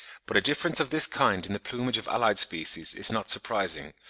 but a difference of this kind in the plumage of allied species is not surprising,